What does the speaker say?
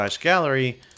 Gallery